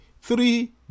Three